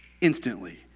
instantly